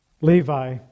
Levi